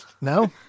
No